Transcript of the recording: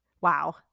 Wow